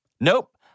Nope